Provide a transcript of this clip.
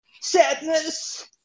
sadness